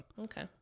Okay